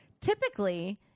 typically